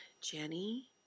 Jenny